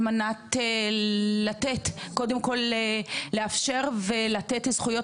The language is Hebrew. על מנת קודם כל לאפשר ולתת להם זכויות